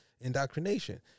Indoctrination